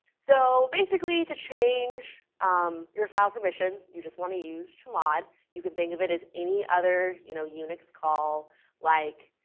so basically, to change um your file permissions, you just want to use chmod. you can think of it as any other you know unix call like